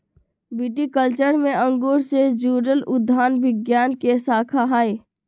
viticulture में अंगूर से जुड़ल उद्यान विज्ञान के शाखा हई